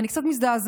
ואני קצת מזדעזעת.